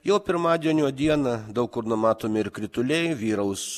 jau pirmadienio dieną daug kur numatomi ir krituliai vyraus